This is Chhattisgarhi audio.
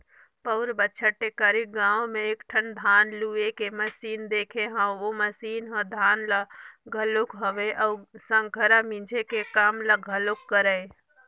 पउर बच्छर टेकारी गाँव में एकठन धान लूए के मसीन देखे हंव ओ मसीन ह धान ल घलोक लुवय अउ संघरा मिंजे के काम ल घलोक करय